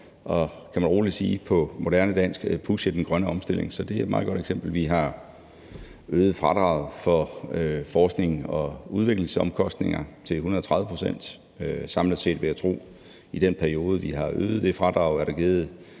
kan man roligt sige, på moderne dansk at pushe den grønne omstilling, så det er et meget godt eksempel. Vi har øget fradraget for forsknings- og udviklingsomkostninger til 130 pct., og samlet set vil jeg tro, at i den periode, vi har øget det fradrag, er der givet